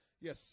Yes